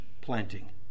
planting